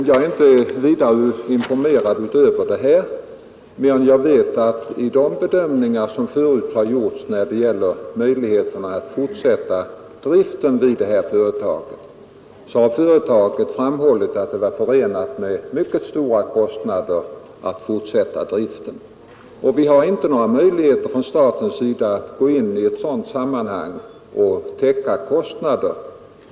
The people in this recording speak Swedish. Jag har härutöver inte fått någon annan information men vet att SCA i de bedömningar som SCA förut gjort av möjligheterna att fortsätta driften vid ifrågavarande företag funnit att detta var förenat med mycket stora kostnader. Vi har inte heller från statligt håll några möjligheter att gå in i ett sådant sammanhang och täcka kostnaderna.